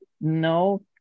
no